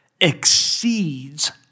exceeds